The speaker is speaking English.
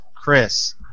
Chris